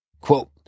Quote